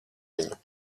viņu